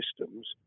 systems